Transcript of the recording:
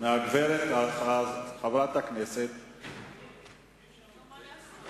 מהגברת חברת הכנסת לשבת.